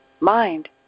mind